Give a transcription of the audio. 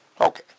Okay